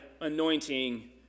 anointing